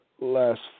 Last